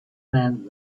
man